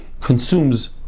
consumes